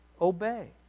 obey